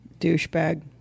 douchebag